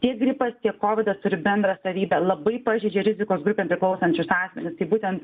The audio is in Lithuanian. tiek gripas tiek kovidas turi bendrą savybę labai pažeidžia rizikos grupėm priklausančius asmenis kaip būtent